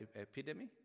epidemic